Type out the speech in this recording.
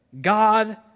God